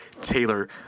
taylor